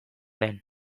den